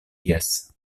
jes